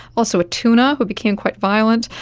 also a tuna who became quite violent.